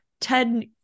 TED